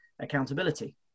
accountability